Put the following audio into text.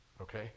okay